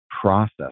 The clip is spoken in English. process